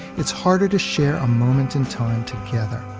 it's harder to share a moment in time together.